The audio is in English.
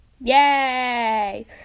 Yay